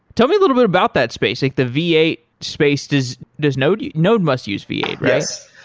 tell me a little bit about that space, like the v eight space. does does node node must use v eight, right?